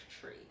tree